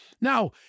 Now